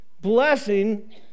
blessing